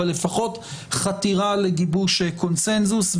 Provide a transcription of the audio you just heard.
אבל לפחות חתירה לגיבוש קונצנזוס,